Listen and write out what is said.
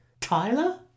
Tyler